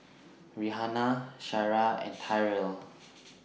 Rhianna Sariah and Tyrell